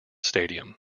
stadium